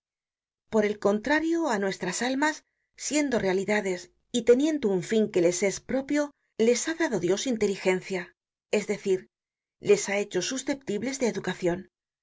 por el contrario á nuestras almas siendo realidades y teniendo un fin que les es propio les ha dado dios inteligencia es decir les ha hecho susceptibles de educacion